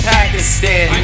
Pakistan